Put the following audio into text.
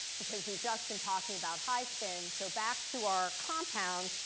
because we've just been talking about high spin. so back to our compounds,